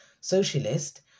socialist